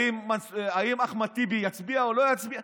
האם אחמד טיבי יצביע או לא יצביע.